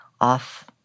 off